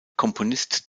komponist